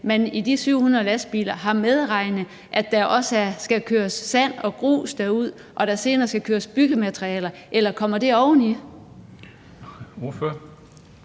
man i de 700 lastbiler har medregnet, at der også skal køres sand og grus derud, og at der senere skal køres byggematerialer, eller kommer det oveni?